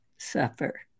suffer